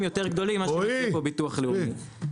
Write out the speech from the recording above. יותר גדולים ממה שדיבר פה ביטוח לאומי.